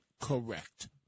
correct